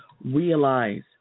realize